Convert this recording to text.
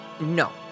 No